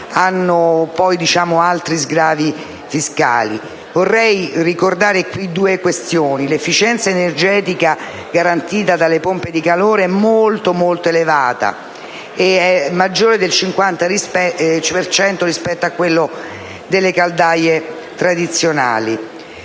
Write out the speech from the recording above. di altri sgravi fiscali. Vorrei ricordare qui due questioni: l'efficienza energetica garantita dalle pompe di calore è molto, molto elevata ed è maggiore del 50 per cento rispetto a quella delle caldaie tradizionali.